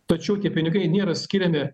tačiau tie pinigai nėra skiriami